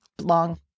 long